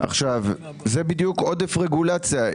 זה עודף רגולציה.